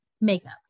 Makeup